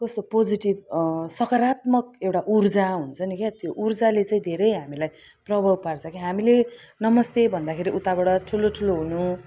कस्तो पोजिटिभ सकारात्मक एउटा ऊर्जा हुन्छ नि क्या त्यो ऊर्जाले चाहिँ धेरै हामीलाई प्रभाव पार्छ क्या हामीले नमस्ते भन्दाखेरि उताबाट ठुलो ठुलो हुनु